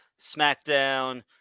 SmackDown